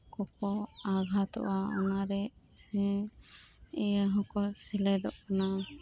ᱠᱚᱠᱚ ᱟᱜᱷᱟᱛᱚᱜ ᱟ ᱚᱱᱟᱨᱮ ᱦᱮᱸ ᱤᱭᱟᱹ ᱦᱚᱸᱠᱚ ᱥᱮᱞᱮᱫᱚᱜ ᱠᱟᱱᱟ